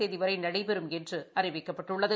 தேதி வரை நடைபெறும் என்று அறிவிக்கப்பட்டுள்ளது